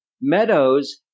Meadows